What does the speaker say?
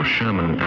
Sherman